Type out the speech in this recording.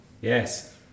Yes